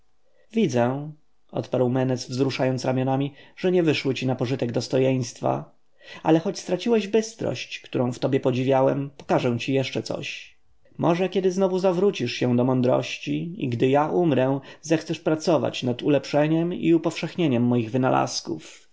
widzę odpowiedział menes wzruszając ramionami że nie wyszły ci na pożytek dostojeństwa ale choć straciłeś bystrość którą w tobie podziwiałem pokażę ci jeszcze coś może kiedy znowu nawrócisz się do mądrości i gdy ja umrę zechcesz pracować nad ulepszeniem i upowszechnieniem moich wynalazków